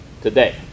Today